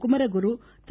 Kumaraguru Thiru